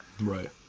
Right